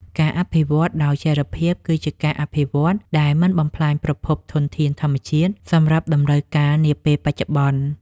ការអភិវឌ្ឍដោយចីរភាពគឺជាការអភិវឌ្ឍដែលមិនបំផ្លាញប្រភពធនធានធម្មជាតិសម្រាប់តម្រូវការនាពេលបច្ចុប្បន្ន។